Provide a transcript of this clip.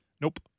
Nope